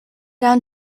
down